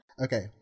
okay